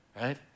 right